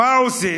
מה עושים?